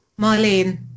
Marlene